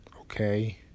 okay